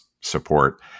support